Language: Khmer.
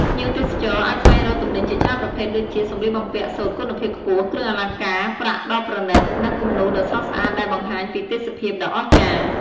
ភ្ញៀវទេសចរអាចស្វែងរកទំនិញជាច្រើនប្រភេទដូចជា សម្លៀកបំពាក់សូត្រគុណភាពខ្ពស់ គ្រឿងអលង្ការប្រាក់ដ៏ប្រណីត និងគំនូរដ៏ស្រស់ស្អាតដែលបង្ហាញពីទេសភាពដ៏អស្ចារ្យ។